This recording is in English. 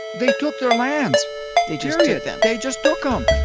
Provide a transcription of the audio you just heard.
they took their lands they just took them they just took um